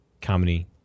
comedy